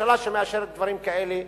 ממשלה שמאשרת דברים כאלה,